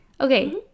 Okay